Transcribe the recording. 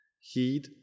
Heed